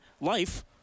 Life